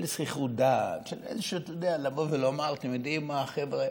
של זחיחות דעת, לבוא ולומר: אתם יודעים מה, חבר'ה?